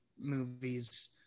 movies